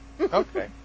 Okay